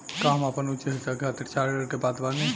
का हम आपन उच्च शिक्षा के खातिर छात्र ऋण के पात्र बानी?